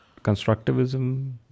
Constructivism